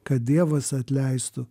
kad dievas atleistų